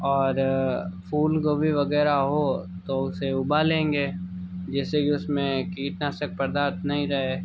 और फूल गोभी वगैरह हो तो उसे उबालेंगे जिससे कि उसमें कीटनाशक पदार्थ नहीं रहे